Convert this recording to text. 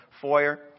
foyer